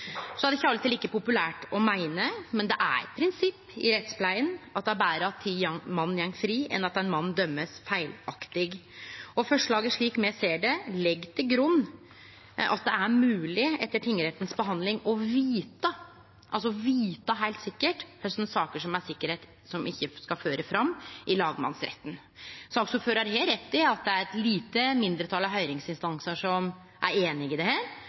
Så er det ikkje alltid like populært å meine det, men det er eit prinsipp i rettspleia at det er betre at ti mann går fri, enn at ein mann blir dømd feilaktig. Forslaget, slik me ser det, legg til grunn at det er mogleg etter behandling i tingretten å vite heilt sikker kva saker som heilt sikkert ikkje skal føre fram i lagmannsretten. Saksordføraren har rett i at det er eit lite mindretal av høyringsinstansane som er einig i